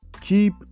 keep